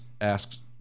asks